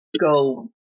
go